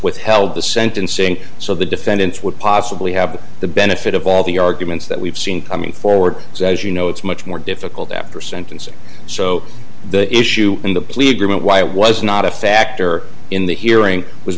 withheld the sentencing so the defendants would possibly have the benefit of all the arguments that we've seen coming forward so as you know it's much more difficult after sentencing so the issue and the plea agreement why it was not a factor in the hearing was